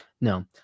No